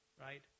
Right